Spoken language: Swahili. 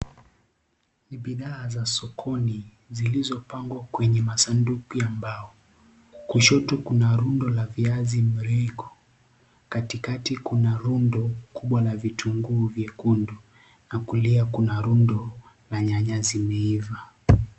Ni bidhaa za sokoni zilizopangwa kwenye masanduku ya mbao. Kushoto kuna lundo la viazi mliiko. Katikati kuna lundo la vitunguu vyekundu, na kulia kuna lundo la nyanya zimeiva.